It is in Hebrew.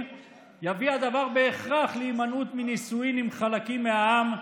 יביא הדבר בהכרח להימנעות מנישואים עם חלקים מהעם,